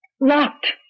locked